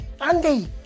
Andy